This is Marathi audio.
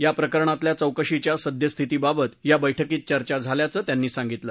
या प्रकरणातल्या चौकशीच्या सद्यस्थितीबाबत या बैठकीत चर्चा झाल्याचं त्यांनी सांगितलं